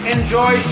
Enjoy